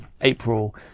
april